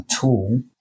tool